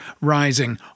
rising